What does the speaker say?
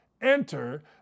enter